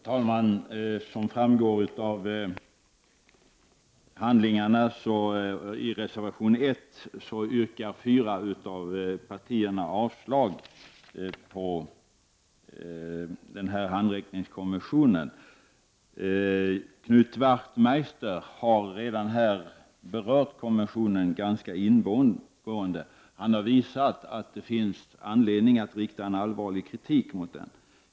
Herr talman! Som framgår av handlingarna yrkar fyra av partierna i reservation 1 avslag på handräckningskonventionen. Knut Wachtmeister har redan berört konventionen ganska ingående. Han har visat att det finns anledning att rikta en allvarlig kritik mot den.